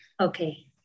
Okay